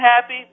happy